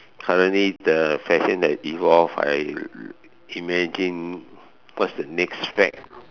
suddenly the fashion that evolve I imagine what's the next fad